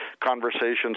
conversations